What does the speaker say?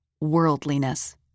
worldliness